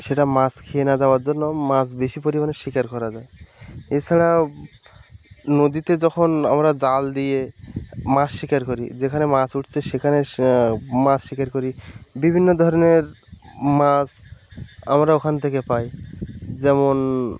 সেটা মাছ খেয়ে না যাওয়ার জন্য মাছ বেশি পরিমাণে শিকার করা যায় এছাড়া নদীতে যখন আমরা জাল দিয়ে মাছ শিকার করি যেখানে মাছ উঠছে সেখানে সে মাছ শিকার করি বিভিন্ন ধরনের মাছ আমরা ওখান থেকে পাই যেমন